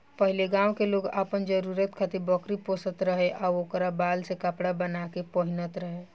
पहिले गांव के लोग आपन जरुरत खातिर बकरी पोसत रहे आ ओकरा बाल से कपड़ा बाना के पहिनत रहे